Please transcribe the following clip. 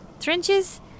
trenches